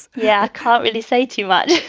yeah. can't really say too much